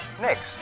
next